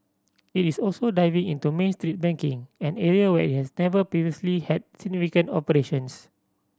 it is also diving into Main Street banking an area where it has never previously had significant operations